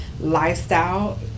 lifestyle